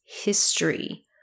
history